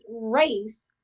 race